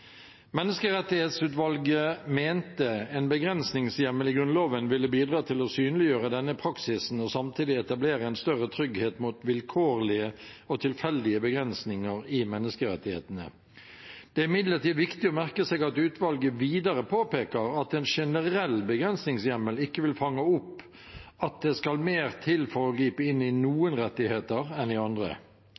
Menneskerettighetsutvalget mente en begrensningshjemmel i Grunnloven ville bidra til å synliggjøre denne praksisen og samtidig etablere en større trygghet mot vilkårlige og tilfeldige begrensninger i menneskerettighetene. Det er imidlertid viktig å merke seg at utvalget videre påpeker at en generell begrensningshjemmel ikke vil fange opp at det skal mer til for å gripe inn i noen rettigheter enn i andre.